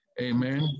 Amen